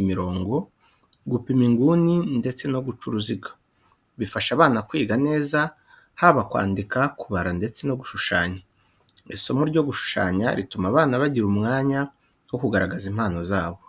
imirongo, gupima inguni, ndetse no guca uruziga. Bifasha abana kwiga neza haba kwandika, kubara ndetse no gushushanya. Isomo ryo gushushanya rituma abana bagira umwanya wo kugaragaza impano zabo.